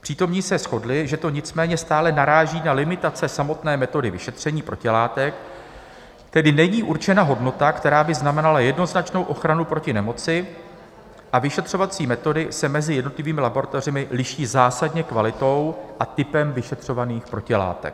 Přítomní se shodli, že to nicméně stále naráží na limitace samotné metody vyšetření protilátek, tedy není určena hodnota, která by znamenala jednoznačnou ochranu proti nemoci, a vyšetřovací metody se mezi jednotlivými laboratořemi liší zásadně kvalitou a typem vyšetřovaných protilátek.